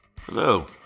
Hello